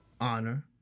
honor